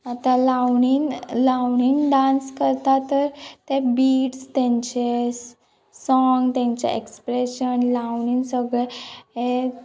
आतां लावणीन लावणीन डांस करता तर ते बीट्स तेंचे सोंग तेंचें एक्सप्रेशन लावणीन सगळे हें